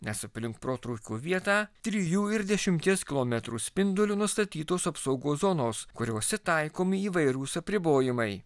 nes aplink protrūkio vietą trijų ir dešimties kilometrų spinduliu nustatytos apsaugos zonos kuriose taikomi įvairūs apribojimai